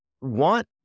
want